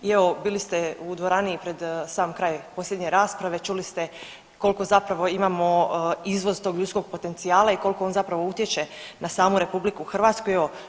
I evo bili ste u dvorani pred sam kraj posljednje rasprave, čuli ste koliko zapravo imamo izvoz tog ljudskog potencijala i koliko on zapravo utječe na samu Republiku Hrvatsku.